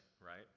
right